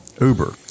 Uber